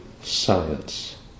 science